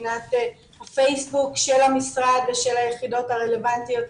מבחינת הפייסבוק של המשרד ושל היחידות הרלוונטיות,